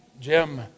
Jim